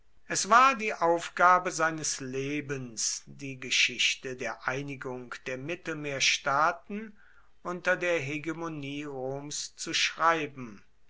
es war die aufgabe seines lebens die geschichte der einigung der mittelmeerstaaten unter der hegemonie roms zu schreiben